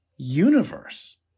universe